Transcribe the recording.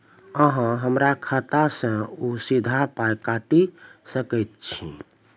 अहॉ हमरा खाता सअ सीधा पाय काटि सकैत छी?